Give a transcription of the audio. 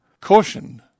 CAUTION